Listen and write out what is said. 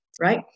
right